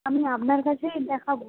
আমি আপনার কাছেই দেখাব